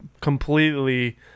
completely